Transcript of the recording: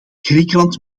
griekenland